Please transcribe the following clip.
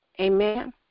Amen